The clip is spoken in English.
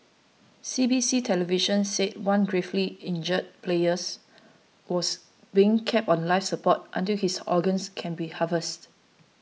C B C television said one gravely injured players was being kept on life support until his organs can be harvested